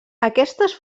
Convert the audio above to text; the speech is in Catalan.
aquestes